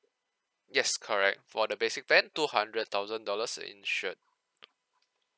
yes correct for the basic plan two hundred thousand dollars insured